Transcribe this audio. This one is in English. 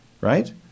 right